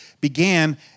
began